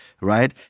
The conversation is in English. right